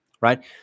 right